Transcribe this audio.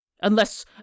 Unless-